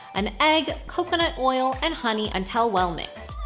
an egg, coconut oil, and honey until well-mixed.